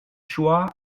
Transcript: choix